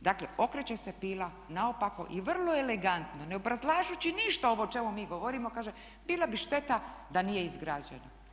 dakle okreće se pila naopako i vrlo elegantno ne obrazlažući ništa ovo o čemu mi govorimo kaže bila bi šteta da nije izgrađena.